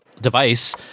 device